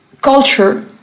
culture